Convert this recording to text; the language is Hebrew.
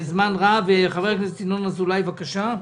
חבר הכנסת ינון אזולאי, בבקשה.